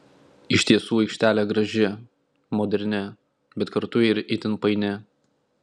iš tiesų aikštelė graži moderni bet kartu ir itin paini